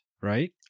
right